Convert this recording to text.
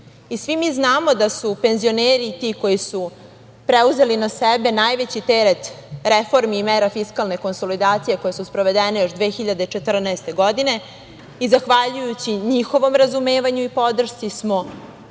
mi znamo da su penzioneri ti koji su preuzeli na sebe najveći teret reformi i mere fiskalne konsolidacije, koje su sprovedene još 2014. godine i zahvaljujući njihovom razumevanju i podršci imamo